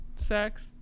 sex